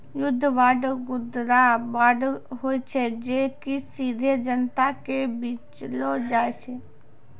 युद्ध बांड, खुदरा बांड होय छै जे कि सीधे जनता के बेचलो जाय छै